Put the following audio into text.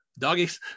doggies